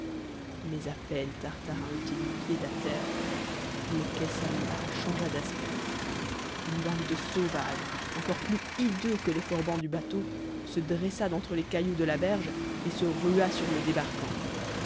mais à peine tartarin eut-il mis pied à terre le quai s'anima changea d'aspect une bande de sauvages encore plus hideux que les forbans du bateau se dressa d'entre les cailloux de la berge et se rua sur le débarquant